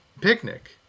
picnic